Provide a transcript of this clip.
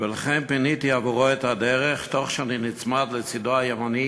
ולכן פיניתי עבורו הדרך, תוך שאני נצמד לצדו הימני